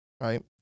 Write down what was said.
right